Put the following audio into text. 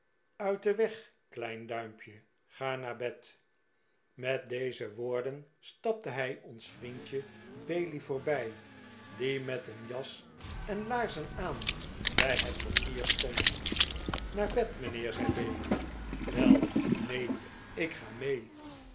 uit den weg klein duimpje ga naar bed met deze woorden stapte hij ons vriendje bailey voorbij die met een jas en laarzen aan bij het portier stond naar bed mijnheer zei bailey wel neen ik ga mee